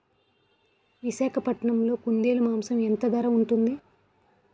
విశాఖపట్నంలో కుందేలు మాంసం ఎంత ధర ఉంటుంది?